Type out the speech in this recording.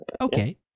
Okay